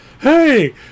Hey